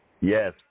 Yes